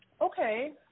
Okay